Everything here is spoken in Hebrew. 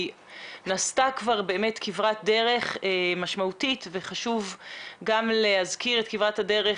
נעשתה כברת דרך משמעותית וחשוב גם להזכיר את כברת הדרך,